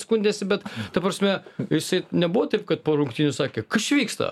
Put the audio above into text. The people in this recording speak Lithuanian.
skundėsi bet ta prasme jisai nebuvo taip kad po rungtynių sakė kas čia vyksta